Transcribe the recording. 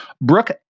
Brooke